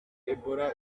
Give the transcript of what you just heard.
ebola